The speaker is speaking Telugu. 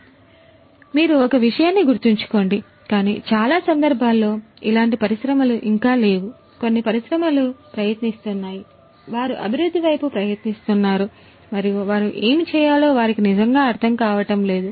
కాబట్టి మీరు ఒక విషయాన్ని గుర్తుంచుకోండి కానీ చాలా సందర్భాలలో ఇలాంటి పరిశ్రమలు ఇంకా లేవు కొన్ని పరిశ్రమలుప్రయత్నిస్తున్నాయి వారు అభివృద్ధి వైపు ప్రయత్నిస్తున్నారు మరియు వారు ఏమి చేయాలో వారికి నిజంగా అర్థం కావటం లేదు